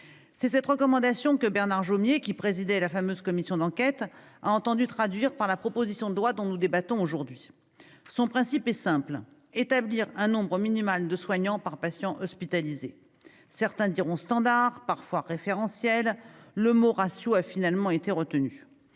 C'est cette recommandation que Bernard Jomier, qui présidait cette fameuse commission d'enquête, a entendu traduire par la proposition de loi dont nous débattons aujourd'hui. Son principe est simple : établir un nombre minimal de soignants par patient hospitalisé. Celui-ci peut être désigné par les termes « standard » ou « référentiel »: nous avons finalement retenu